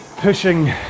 pushing